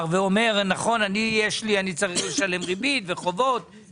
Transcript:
אם יש לי משרד שיש בו סעיף של 100 שקלים,